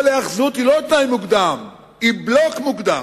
כל היאחזות היא לא תנאי מוקדם, היא בלוק מוקדם.